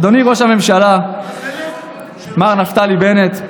אדוני ראש הממשלה מר נפתלי בנט,